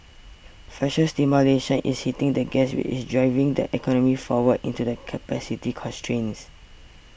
fiscal stimulation is hitting the gas which is driving the economy forward into the capacity constraints